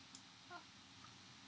uh